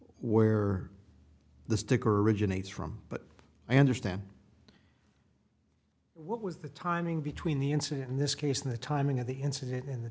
where the sticker originates from but i understand what was the timing between the incident in this case and the timing of the incident in the